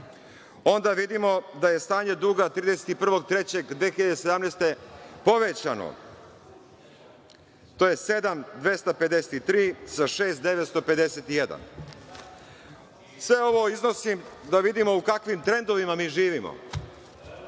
onda vidimo da je stanje duga 31. marta 2017. godine povećano, to je 7.253 sa 6.951. Sve ovo iznosi, da vidimo u kakvim trendovima mi živimo,